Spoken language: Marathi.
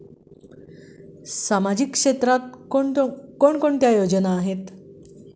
सामाजिक क्षेत्रात कोणकोणत्या योजना आहेत?